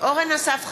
אורן אסף חזן,